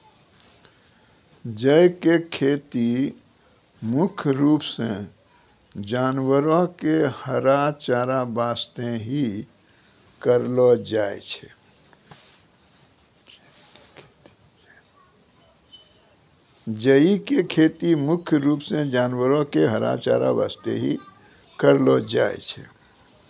जई के खेती मुख्य रूप सॅ जानवरो के हरा चारा वास्तॅ हीं करलो जाय छै